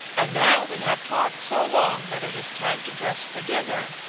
and now we have talked so long that it is time to dress for dinner.